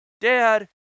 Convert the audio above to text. dad